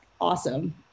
awesome